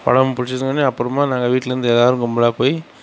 படம் பிடிச்சிருந்தோனே அப்புறமா நாங்கள் வீட்டில் இருந்து எல்லாரும் கும்பலாக போய்